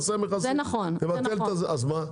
אז מה?